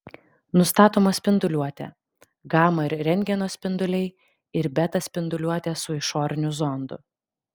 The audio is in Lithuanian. nustatoma spinduliuotė gama ir rentgeno spinduliai ir beta spinduliuotė su išoriniu zondu